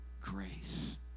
grace